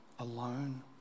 Alone